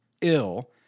ill